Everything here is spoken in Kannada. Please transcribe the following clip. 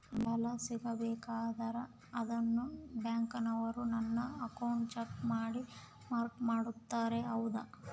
ನಂಗೆ ಸಾಲ ಸಿಗಬೇಕಂದರ ಅದೇನೋ ಬ್ಯಾಂಕನವರು ನನ್ನ ಅಕೌಂಟನ್ನ ಚೆಕ್ ಮಾಡಿ ಮಾರ್ಕ್ಸ್ ಕೊಡ್ತಾರಂತೆ ಹೌದಾ?